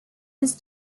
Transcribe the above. his